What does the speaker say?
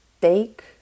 take